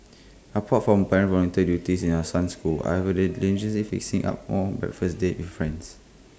apart from parent volunteer duties in our son's school I would diligently fixing up more breakfast dates with friends